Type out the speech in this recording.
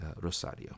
Rosario